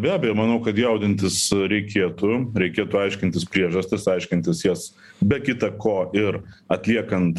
be abejo manau kad jaudintis reikėtų reikėtų aiškintis priežastis aiškintis jas be kita ko ir atliekant